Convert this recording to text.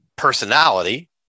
Personality